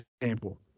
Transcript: example